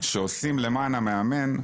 שעושים למען המאמן,